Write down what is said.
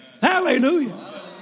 Hallelujah